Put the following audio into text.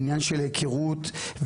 זה עניין של היכרות והבנה.